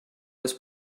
was